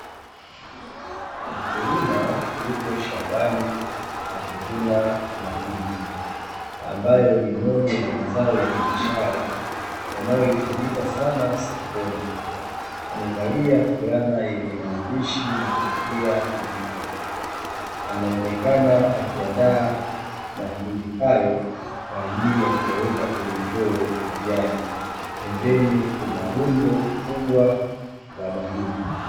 Mkulima yupo shambani akivuna mahindi, ambayo ni moja ya mazao ya biashara yanayohitajika sana sokoni, amevalia fulana yenye maandishi na kofia nyuma, anaonekana akiandaa mahindi hayo kwa ajili ya kuyaweka kwenye ndoo ya kijani. Pembeni kuna rundo kubwa la mahindi.